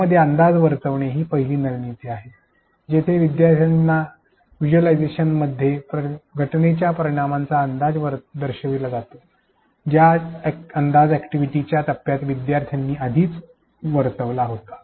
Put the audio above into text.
यामध्ये अंदाज वर्तविणे हि पहिली रणनीती आहे जेथे विद्यार्थ्यांना व्हिज्युअलायझेशनमध्ये घटनेच्या परिणामाचा अंदाज दर्शविला जातो ज्याचा अंदाज अॅक्टिव्हिटीच्या टप्प्यात विद्यार्थ्यांनी आधीच वर्तविला होता